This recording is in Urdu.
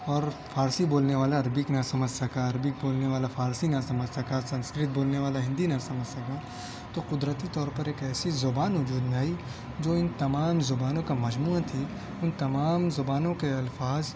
اور فارسی بولنے والا عربک نہ سمجھ سکا عربک بولنے والا فارسی نہ سمجھ سکا سنسکرت بولنے والا ہندی نہ سمجھ سکا تو قدرتی طور پر ایک ایسی زبان وجود میں آئی جو ان تمام زبانوں کا مجموعہ تھی ان تمام زبانوں کے الفاظ